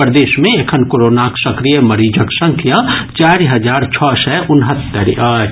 प्रदेश मे एखन कोरोनाक सक्रिय मरीजक संख्या चारि हजार छओ सय उनहत्तरि अछि